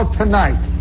tonight